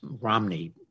Romney